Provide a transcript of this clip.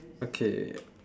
okay